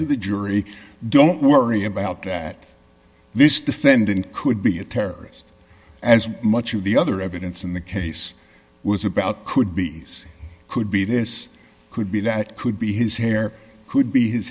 to the jury don't worry about that this defendant could be a terrorist as much of the other evidence in the case was about could be could be this could be that could be his hair could be his